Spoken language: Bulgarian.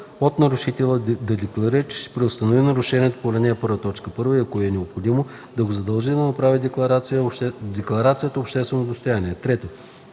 от нарушителя да декларира, че ще преустанови нарушението по ал. 1, т. 1 и, ако е необходимо, да го задължи да направи декларацията обществено достояние; 3.